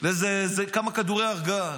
לכמה כדורי הרגעה.